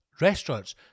Restaurants